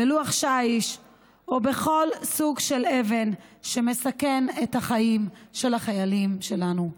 בלוח שיש או בכל סוג של אבן שמסכן את החיים של החיילים שלנו,